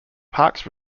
parks